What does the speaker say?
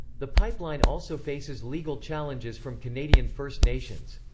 the pipeline also faces legal challenges from canadian first nations.